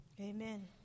amen